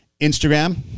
Instagram